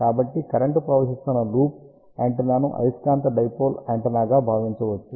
కాబట్టి కరెంటు ప్రవహిస్తున్న లూప్ యాంటెన్నాను అయస్కాంత డైపోల్ యాంటెన్నాగా భావించవచ్చు